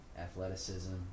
athleticism